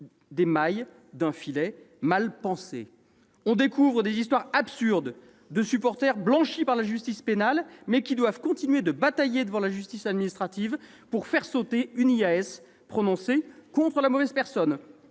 des mailles d'un filet mal pensé. On découvre ainsi des histoires absurdes de supporters blanchis par la justice pénale, mais qui doivent continuer à batailler devant la justice administrative pour faire lever une IAS prononcée contre la mauvaise personne.